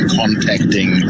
contacting